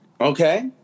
Okay